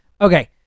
Okay